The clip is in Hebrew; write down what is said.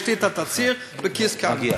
יש לי התצהיר בכיס כאן.